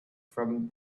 from